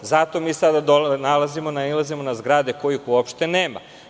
Zato sada nailazimo na zgrade kojih uopšte nema.